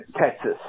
Texas